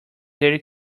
their